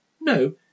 No